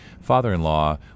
father-in-law